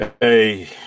Hey